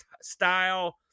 style